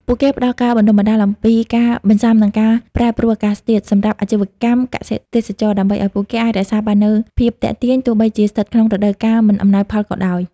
ពួកគេផ្ដល់ការបណ្ដុះបណ្ដាលអំពីការបន្ស៊ាំនឹងការប្រែប្រួលអាកាសធាតុ សម្រាប់អាជីវកម្មកសិ-ទេសចរណ៍ ដើម្បីឱ្យពួកគេអាចរក្សាបាននូវភាពទាក់ទាញទោះបីជាស្ថិតក្នុងរដូវកាលមិនអំណោយផលក៏ដោយ។